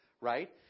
Right